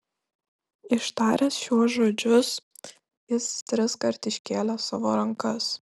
ištaręs šiuos žodžius jis triskart iškėlė savo rankas